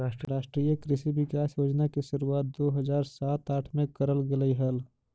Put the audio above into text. राष्ट्रीय कृषि विकास योजना की शुरुआत दो हज़ार सात आठ में करल गेलइ हल